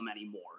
anymore